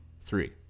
three